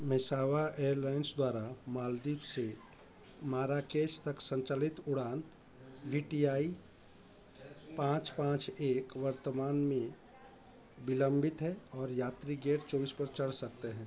Mesaba airlines द्वारा मालदीव से Marrakech तक सन्चालित उड़ान वी टी आई पाँच पाँच एक वर्तमान में विलम्बित है और यात्री गेट चौबीस पर चढ़ सकते हैं